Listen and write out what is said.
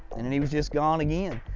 and then he was just gone again.